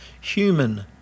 human